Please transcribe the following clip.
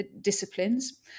disciplines